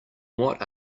what